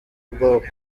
bwoko